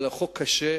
אבל זה חוק קשה,